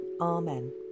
Amen